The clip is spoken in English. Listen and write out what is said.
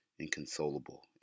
inconsolable